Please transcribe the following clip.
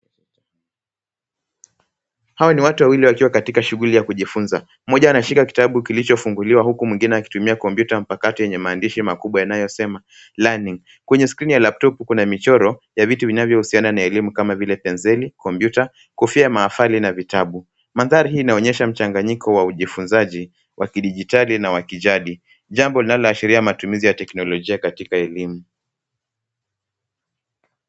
Hawa ni watu wawili wakiwa katika shughuli ya kujifunza. Mmoja ameshika kitabu kilichofunguliwa, huku mwingine akitumia kompyuta mpakato yenye maandishi makubwa yanayosema learning . Kwenye skrini ya laptop kuna michoro ya vitu vinavyohusiana na elimu kama vile penseli, kompyuta, kofia ya mahafali na vitabu. Mandhari hii inaonyesha mchanganyiko wa ujifunzaji wa kidijitali na wa kijadi, jambo linaloashiria matumizi ya teknolojia katika elimu.